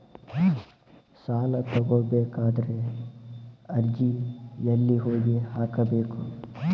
ಸಾಲ ತಗೋಬೇಕಾದ್ರೆ ಅರ್ಜಿ ಎಲ್ಲಿ ಹೋಗಿ ಹಾಕಬೇಕು?